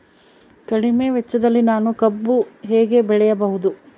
ಕಡಿಮೆ ವೆಚ್ಚದಲ್ಲಿ ನಾನು ಕಬ್ಬು ಹೇಗೆ ಬೆಳೆಯಬಹುದು?